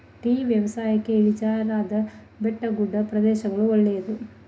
tea ವ್ಯವಸಾಯಕ್ಕೆ ಇಳಿಜಾರಾದ ಬೆಟ್ಟಗುಡ್ಡ ಪ್ರದೇಶಗಳು ಒಳ್ಳೆದು